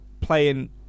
playing